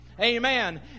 Amen